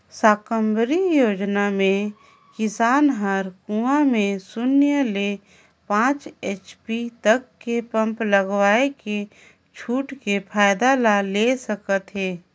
साकम्बरी योजना मे किसान हर कुंवा में सून्य ले पाँच एच.पी तक के पम्प लगवायके छूट के फायदा ला ले सकत है